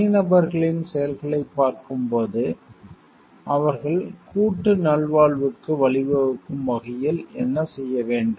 தனிநபர்களின் செயல்களைப் பார்க்கும்போது அவர்கள் கூட்டு நல்வாழ்வுக்கு வழிவகுக்கும் வகையில் என்ன செய்ய வேண்டும்